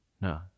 no